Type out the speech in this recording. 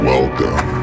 Welcome